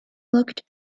looked